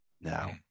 now